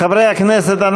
חברי הכנסת,